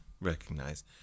recognize